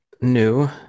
new